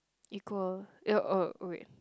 equal oh wait